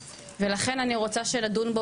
ולכן אני רוצה שדון בו